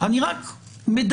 אני רק מדייק.